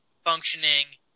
functioning